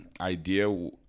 idea